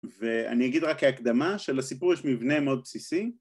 ואני אגיד רק כהקדמה, שלסיפור יש מבנה מאוד בסיסי,